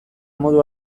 modu